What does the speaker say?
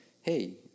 hey